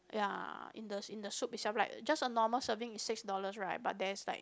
ya in the in the soup itself like just a normal serving is six dollars right but there's like